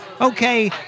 okay